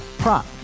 prop